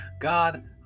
God